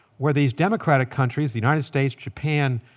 where these democratic countries the united states, japan,